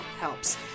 helps